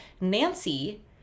Nancy